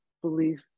belief